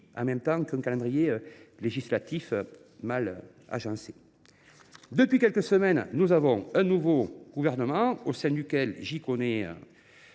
en même temps qu’un calendrier législatif mal agencé. Depuis quelques semaines, nous avons un nouveau gouvernement, au sein duquel figurent